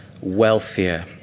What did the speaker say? wealthier